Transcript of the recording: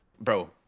bro